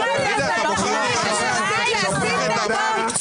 אתה מוכן להפסיק להסית נגדו?